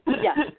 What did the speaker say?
Yes